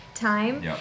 time